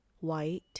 white